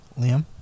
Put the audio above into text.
Liam